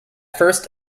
first